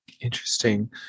Interesting